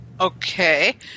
Okay